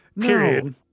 Period